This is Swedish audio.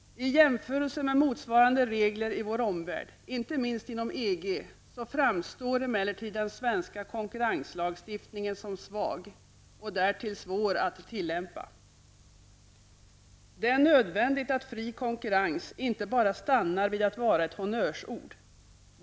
I jämförelse med motsvarande regler i vår omvärld, inte minst inom EG, framstår emellertid den svenska konkurrenslagstiftningen som svag och därtill svår att tillämpa. Det är nödvändigt att fri konkurrens inte stannar vid att enbart vara ett honnörsord.